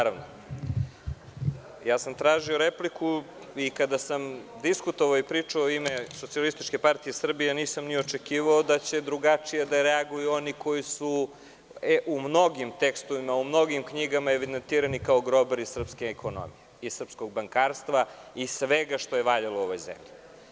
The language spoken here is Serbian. Tražio sam repliku i kada sam diskutovao i pričao u ime SPS i nisam ni očekivao da će drugačije da reaguju oni koji su u mnogim tekstovima, u mnogim knjigama evidentirani kao grobari srpske ekonomije i srpskog bankarstva i svega što je valjalo u ovoj zemlji.